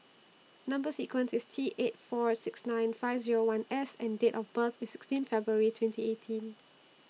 Number sequence IS T eight four six nine five Zero one S and Date of birth IS sixteen February twenty eighteen